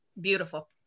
beautiful